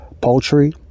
poultry